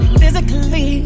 physically